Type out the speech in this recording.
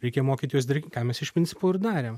reikia mokytis daryti ką mes iš principo ir darėm